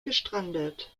gestrandet